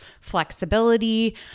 flexibility